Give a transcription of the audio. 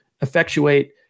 effectuate